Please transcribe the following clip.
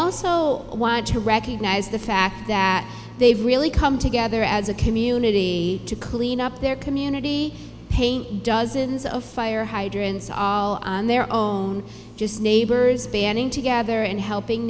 also want to recognize the fact that they've really come together as a community to clean up their community paint dozens of fire hydrants all on their own just neighbors banding together and helping